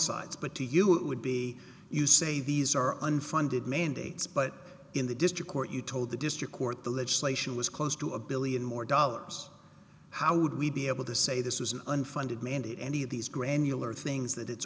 sides but to you it would be you say these are unfunded mandates but in the district court you told the district court the legislation was close to a billion more dollars how would we be able to say this is an unfunded mandate any of these granular things that it's